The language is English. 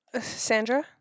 Sandra